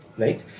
right